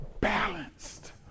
balanced